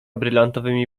brylantowymi